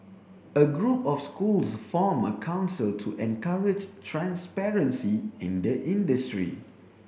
a group of schools formed a council to encourage transparency in the industry